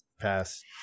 Pass